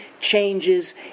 changes